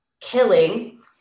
killing